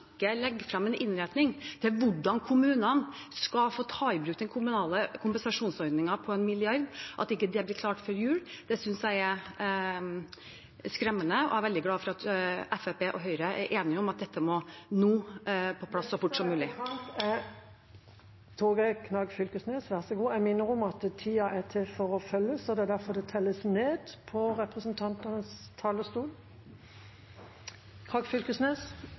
en innretning for hvordan kommunene skal få ta i bruk den kommunale kompensasjonsordningen på 1 mrd. kr – at det ikke blir klart før jul – synes jeg er skremmende. Jeg er veldig glad for at Fremskrittspartiet og Høyre er enige om at dette må plass så fort som mulig Jeg minner om taletiden – det er derfor det telles ned på representantenes talerstol.